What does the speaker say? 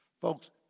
Folks